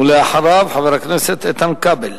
ולאחריו, חבר הכנסת איתן כבל.